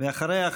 ואחריה,